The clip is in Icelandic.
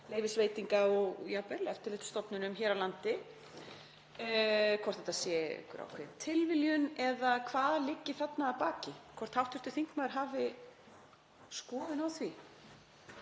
leyfsveitinga- og jafnvel eftirlitsstofnunum hér á landi eða hvort þetta sé einhver tilviljun eða hvað liggi þarna að baki. Hvort hv. þingmaður hafi skoðun á því.